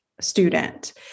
student